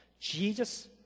Jesus